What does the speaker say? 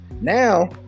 now